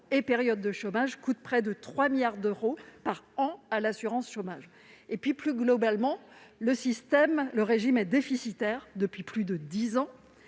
et périodes de chômage coûte environ 3 milliards d'euros par an à l'assurance chômage. Plus globalement, le régime est déficitaire depuis plus de dix ans,